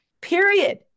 period